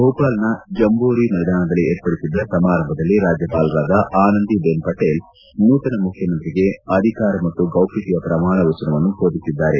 ಭೋಪಾಲ್ನ Jamboree ಮೈದಾನದಲ್ಲಿ ಏರ್ಪಡಿಸಿದ್ದ ಸಮಾರಂಭದಲ್ಲಿ ರಾಜ್ಜಪಾಲರಾದ ಆನಂದಿ ಬೆನ್ ಪಟೇಲ್ ನೂತನ ಮುಖ್ಚಮಂತ್ರಿಗೆ ಅಧಿಕಾರ ಮತ್ತು ಗೌಪ್ಚತೆಯ ಪ್ರಮಾಣವಚನವನ್ನು ಬೋಧಿಸಿದ್ದಾರೆ